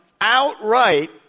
outright